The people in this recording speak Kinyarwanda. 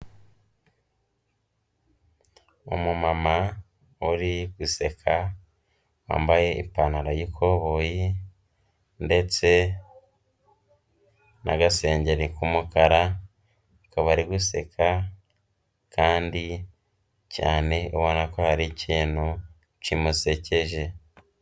Umumama uri guseka wambaye ipantaro y'ikoboyi ndetse n'agasengeri k'umukara, akaba ari guseka kandi cyane ubona ko hari ikintu kimusekeje.